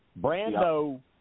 Brando